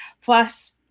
Plus